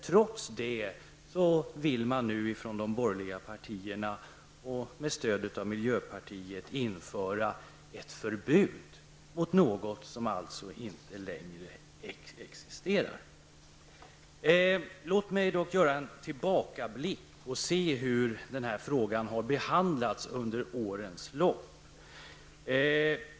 Trots detta vill nu de borgerliga partierna, med stöd av miljöpartiet, införa ett förbud mot något som alltså inte längre existerar. Låt mig göra en tillbakablick och se hur frågan har behandlats under årens lopp.